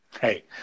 Hey